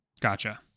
Gotcha